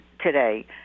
today